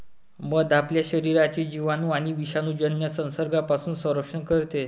मध आपल्या शरीराचे जिवाणू आणि विषाणूजन्य संसर्गापासून संरक्षण करते